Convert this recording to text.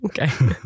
Okay